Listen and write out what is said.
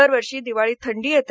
दरवर्षी दिवाळीत थंडी येते